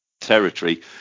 territory